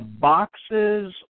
boxes